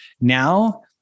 now